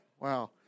Wow